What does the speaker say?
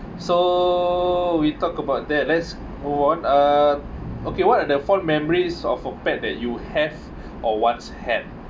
so we talk about that let's move on uh okay what are the fond memories of a pet that you have or once had